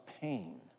pain